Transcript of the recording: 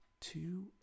two